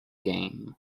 game